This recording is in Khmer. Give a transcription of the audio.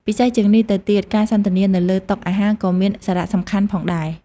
ពិសេសជាងនេះទៅទៀត ការសន្ទនានៅលើតុអាហារក៏មានសារៈសំខាន់ផងដែរ។